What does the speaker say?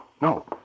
No